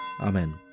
Amen